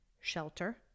shelter